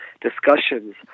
discussions